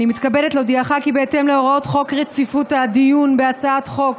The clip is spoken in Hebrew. אני מתכבדת להודיעך כי בהתאם להוראות חוק רציפות הדיון בהצעות חוק,